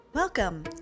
Welcome